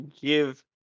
Give